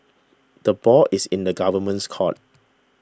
the ball is in the Government's court